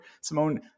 Simone